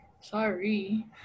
Sorry